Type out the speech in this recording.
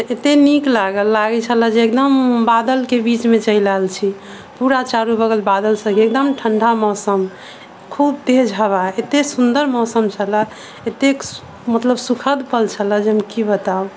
तऽ एते नीक लागल लागै छलै एकदम बादल के बीच मे चलि एल छी पूरा चारू बगल बादल एकदम ठंडा मौसम खूब तेज हवा एते सुंदर मौसम छलै एते मतलब सुखद पल छलै जे हम की बताऊ